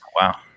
wow